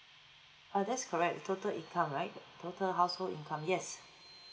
uh that's correct total income right total household income yes